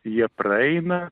jie praeina